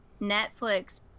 Netflix